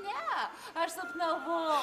ne aš sapnavau